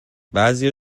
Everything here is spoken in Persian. بعضیا